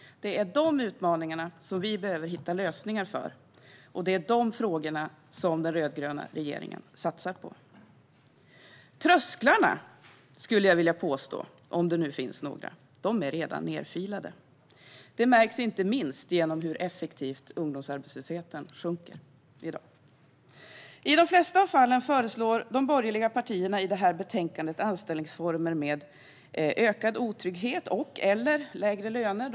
För dessa utmaningar behöver vi hitta lösningar, och detta satsar den rödgröna regeringen på. Om det finns några trösklar är de redan nedfilade, vill jag påstå. Det märks inte minst genom hur effektivt ungdomsarbetslösheten sjunker i dag. De flesta förslag i betänkandet från de borgerliga partierna handlar om anställningsformer med ökad otrygghet och/eller lägre löner.